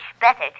better